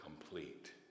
complete